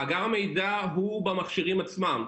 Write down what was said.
מאגר מידע הוא במכשירים עצמם.